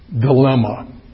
dilemma